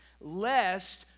lest